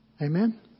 Amen